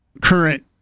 current